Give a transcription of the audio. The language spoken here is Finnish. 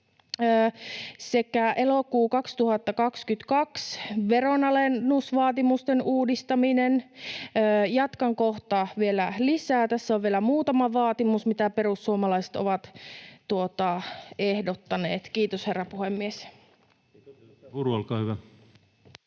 Sekä elokuu 2022: Veronalennusvaatimusten uudistaminen. Jatkan kohtaa vielä lisää. Tässä on vielä muutama vaatimus, mitä perussuomalaiset ovat ehdottaneet. — Kiitos, herra puhemies!